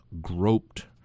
groped